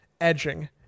edging